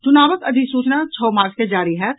चुनावक अधिसूचना छओ मार्च के जारी होयत